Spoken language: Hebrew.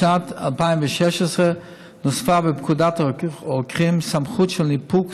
בשנת 2016 נוספה בפקודת הרוקחים סמכות של ניפוק